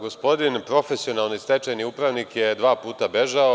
Gospodin profesionalni stečajni upravnik je dva puta bežao.